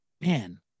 man